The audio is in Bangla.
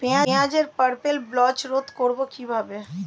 পেঁয়াজের পার্পেল ব্লচ রোধ করবো কিভাবে?